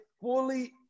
fully